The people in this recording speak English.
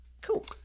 cool